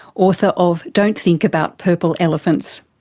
author of don't think about purple elephants.